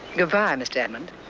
goodbye, mr. edmund.